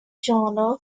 genre